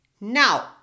Now